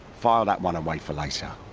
file that one away for later.